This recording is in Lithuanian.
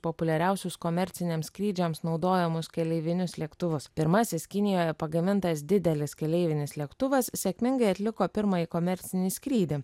populiariausius komerciniams skrydžiams naudojamus keleivinius lėktuvus pirmasis kinijoje pagamintas didelis keleivinis lėktuvas sėkmingai atliko pirmąjį komercinį skrydį